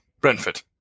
Brentford